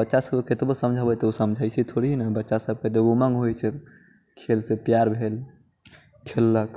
बच्चा सबके कतबो समझेबै तऽ उ समझै छै थोड़े ने बच्चा सबके तऽ उमङ्ग होइ छै खेल से प्यार भेल खेललक